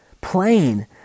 Plain